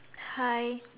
hi